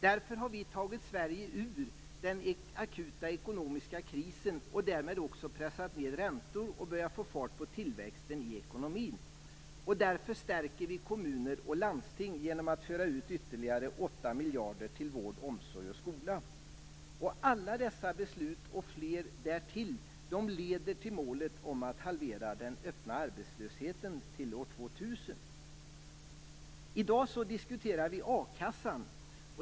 Därför har vi tagit Sverige ur den akuta ekonomiska krisen och därmed också pressat ned räntor och börjat få fart på tillväxten i ekonomin. Därför stärker vi kommuner och landsting genom att föra ut ytterligare 8 miljarder kronor till vård, omsorg och skola. Alla dessa beslut, och fler därtill, leder till målet om att halvera den öppna arbetslösheten till år 2000. I dag diskuterar vi a-kassan.